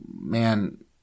man